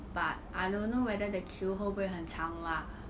but I don't know whether the queue 会不会很长 lah